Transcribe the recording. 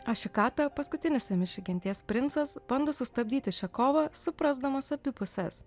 ašikata paskutinis amiši genties princas bando sustabdyti šią kovą suprasdamas abi puses